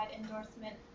endorsement